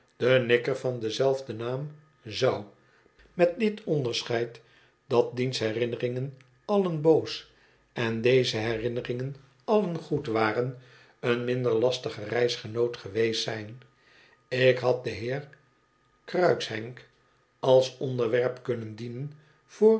de nikker van denzelfden naam zou met dit onderscheid dat diens herinneringen allen boos en deze herinneringen allen goed waren een minder lastige reisgenoot geweest zijn ik had den heer cruikshank als onderwerp kunnen dienen voor